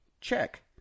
Check